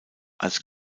als